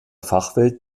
fachwelt